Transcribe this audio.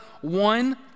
One